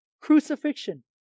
crucifixion